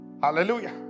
Hallelujah